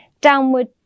downward